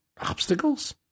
Obstacles